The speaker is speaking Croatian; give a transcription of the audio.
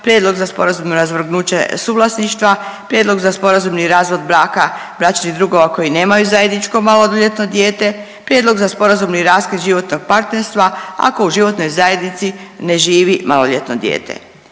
prijedlog za sporazumno razvrgnuće suvlasništva, prijedlog za sporazumni razvod braka, bračnih drugova koji nemaju zajedničko maloljetno dijete, prijedlog za sporazumni raskid životnog partnerstva ako u životnoj zajednici ne živi maloljetno dijete.